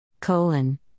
colon